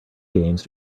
games